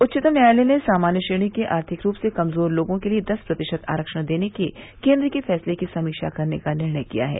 उच्चतम न्यायालय ने सामान्य श्रेणी के आर्थिक रूप से कमजोर लोगों के लिए दस प्रतिशत आरक्षण देने के केन्द्र के फैसले की समीक्षा करने का निर्णय किया है